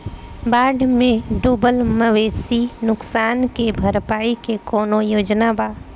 बाढ़ में डुबल मवेशी नुकसान के भरपाई के कौनो योजना वा?